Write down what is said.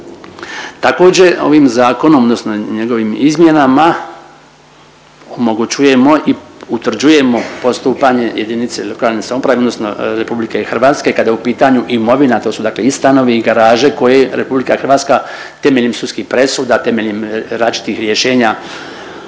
Također ovim zakonom odnosno njegovim izmjenama omogućujemo i utvrđujemo postupanje jedinice lokalne samouprave odnosno RH kada je u pitanju imovina, to su dakle i stanovi i garaže koje RH temeljem sudskih presuda, temeljem različitih rješenja